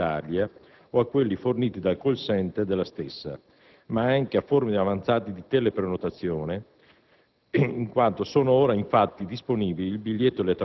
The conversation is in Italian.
basti pensare ai prodotti offerti sul sito Internet di Trenitalia o a quelli forniti dal *call center* della stessa, ma anche a forme avanzate di tele prenotazione.